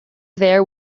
there